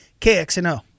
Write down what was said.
KXNO